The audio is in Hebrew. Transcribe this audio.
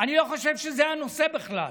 אני לא חושב שזה הנושא בכלל.